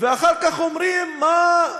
איזו מין אבסורדיות זו שאומרים לאזרח